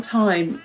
time